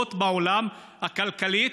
הגדולות בעולם, כלכלית,